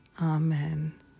Amen